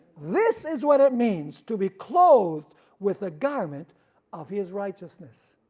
this is what it means to be clothed with the garment of his righteousness.